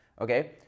okay